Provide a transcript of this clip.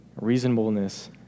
reasonableness